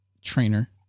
trainer